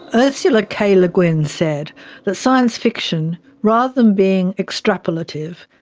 ursula k le guin said that science fiction, rather than being extrapolative,